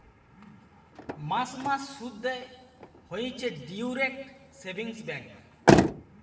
মাস মাস শুধ দেয় হইছে ডিইরেক্ট সেভিংস ব্যাঙ্ক